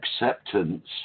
acceptance